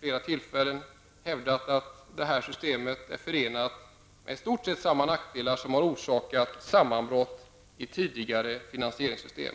flera tillfällen hävdat att systemet är förenat med i stort sett samma nackdelar som de som har orsakat sammanbrott i tidigare finansieringssystem.